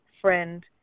friend